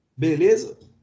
Beleza